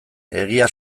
egia